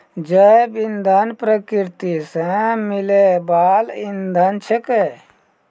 जैव इंधन प्रकृति सॅ मिलै वाल इंधन छेकै